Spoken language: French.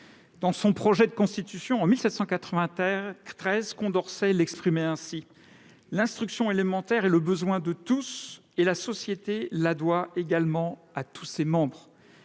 Dans son projet de Constitution, en 1793, Condorcet l'exprimait ainsi :« L'instruction élémentaire est le besoin de tous, et la société la doit également à tous ses membres.